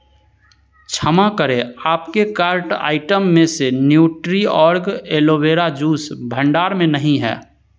क्षमा करें आपके कार्ट आइटम में से न्यूट्रीऑर्ग एलोवेरा जूस भंडार में नहीं है